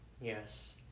yes